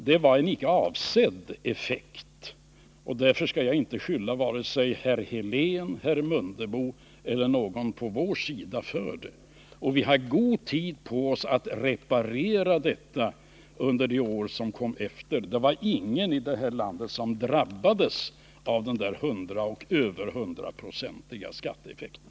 Det var en icke avsedd effekt, och därför skall jag inte skylla vare sig herr Helén, herr Mundebo eller någon på vår sida för den. Vi hade god tid på oss att reparera den effekten under de år som följde. Ingen i det här landet drabbades av den hundraprocentiga eller mer än hundraprocentiga skatteeffekten.